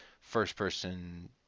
first-person